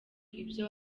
ibyo